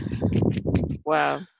Wow